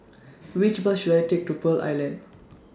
Which Bus should I Take to Pearl Island